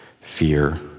Fear